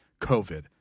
COVID